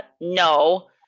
no